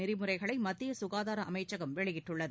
நெறிமுறைகளை மத்திய சுகாதார அமைச்சகம் வெளியிட்டுள்ளது